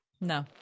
no